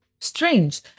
Strange